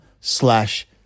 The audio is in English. slash